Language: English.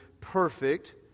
perfect